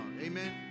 Amen